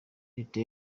leta